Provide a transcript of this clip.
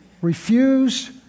refuse